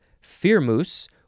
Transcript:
firmus